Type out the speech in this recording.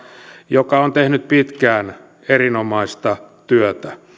joka on tehnyt pitkään erinomaista työtä